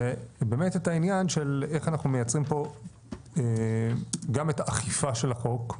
זה באמת את העניין של איך אנחנו מייצרים פה גם את האכיפה של החוק,